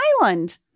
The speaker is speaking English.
island